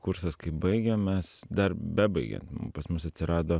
kursas kai baigėm mes dar bebaigian pas mus atsirado